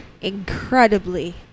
incredibly